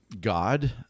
God